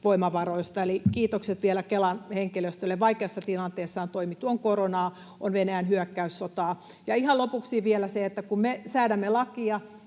voimavaroista. Eli kiitokset vielä Kelan henkilöstölle, vaikeassa tilanteessa on toimittu: on koronaa, on Venäjän hyökkäyssotaa. Ja ihan lopuksi vielä se, että kun me säädämme lakia,